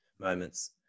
moments